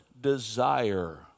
desire